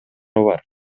бар